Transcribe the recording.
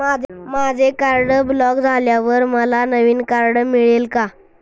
माझे card block झाल्यावर मला नवीन कार्ड मिळेल का?